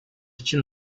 чинь